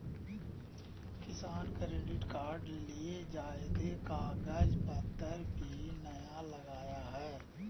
किसान credit card ले ज्यादे कागज पतर भी नय लगय हय